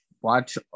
watch